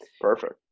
Perfect